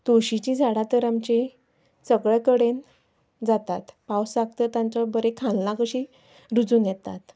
तुळशींची झाडां तर आमचीं सगले कडेन जातात पावसाक तर तांचो बरें खालना कशी रुजून येतात